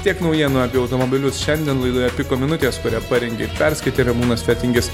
tiek naujienų apie automobilius šiandien laidoje piko minutės kurią parengė ir perskaitė ramūnas fetingis